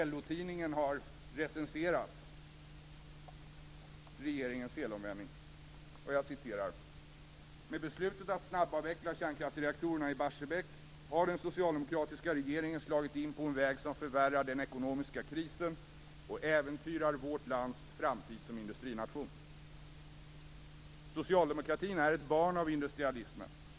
LO-tidningen har recenserat regeringens helomvändning: "Med beslutet att snabbavveckla kärnkraftsreaktorerna i Barsebäck har den socialdemokratiska regeringen slagit in på en väg som förvärrar den ekonomiska krisen och äventyrar vårt lands framtid som industrination. Socialdemokratin är ett barn av industrialismen.